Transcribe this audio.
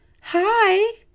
hi